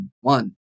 one